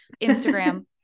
Instagram